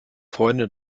freunde